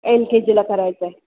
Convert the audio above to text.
L K जीला करायचं आहे